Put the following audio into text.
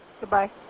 Goodbye